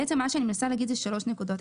בעצם מה שאני מנסה להגיד זה שלוש נקודות.